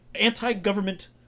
anti-government